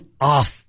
off